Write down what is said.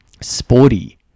sporty